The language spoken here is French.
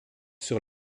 sur